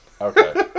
Okay